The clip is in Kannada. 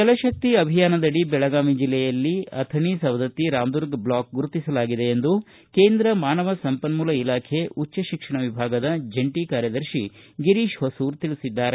ಜಲಶಕ್ತಿ ಅಭಿಯಾನದಡಿ ಬೆಳಗಾವಿ ಜಿಲ್ಲೆಯಲ್ಲಿ ಅಥಣಿ ಸವದತ್ತಿ ರಾಮದುರ್ಗ ಬ್ಲಾಕ್ ಗುರುತಿಸಲಾಗಿದೆ ಎಂದು ಕೇಂದ್ರ ಮಾನವ ಸಂಪನ್ಮೂಲ ಇಲಾಖೆಯ ಉಚ್ದ ಶಿಕ್ಷಣ ವಿಭಾಗದ ಜಂಟಿ ಕಾರ್ಯದರ್ತಿ ಗಿರೀಶ್ ಹೊಸೂರ ತಿಳಿಸಿದ್ದಾರೆ